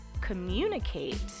communicate